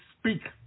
speak